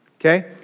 okay